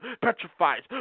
petrified